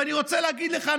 ואני רוצה להגיד לך,